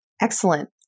Excellent